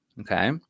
okay